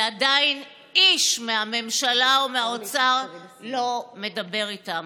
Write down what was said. ועדיין איש מהממשלה או מהאוצר לא מדבר איתם.